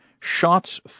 shots